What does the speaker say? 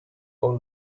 all